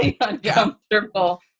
uncomfortable